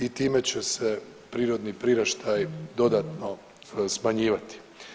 I time će se prirodni priraštaj dodatno smanjivati.